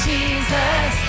Jesus